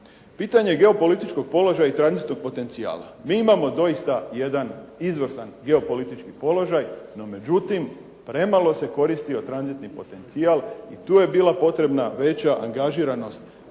Pitanje geopolitičkog položaja i tranzitnog potencijala, mi imamo doista jedan izvrstan geopolitički položaj, no međutim premalo se koristio tranzitni potencijal i tu je bila potrebna veća angažiranost